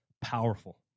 powerful